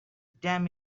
damn